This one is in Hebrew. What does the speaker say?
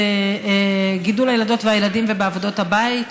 בגידול הילדות והילדים ובעבודות הבית,